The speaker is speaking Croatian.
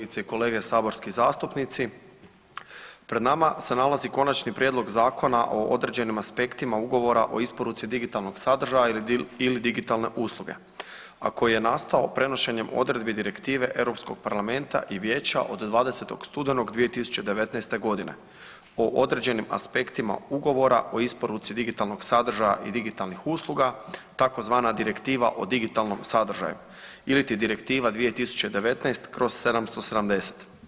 i kolege saborski zastupnici pred nama se nalazi Konačni prijedlog Zakona o određenim aspektima ugovora o isporuci digitalnog sadržaja ili digitalne usluge, a koji je nastao prenošenjem odredbi Direktive Europskog parlamenta i vijeća od 20. studenog 2019. godine o određenim aspektima ugovora o isporuci digitalnog sadržaja i digitalnih usluga tzv. Direktiva o digitalnom sadržaju ili Direktiva 2019/770.